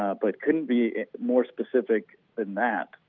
but couldn't be more specific than that.